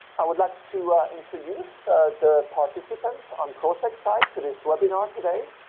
i would like to introduce the participants on proceq's site to this webinar today.